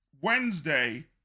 Wednesday